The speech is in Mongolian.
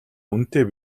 үнэтэй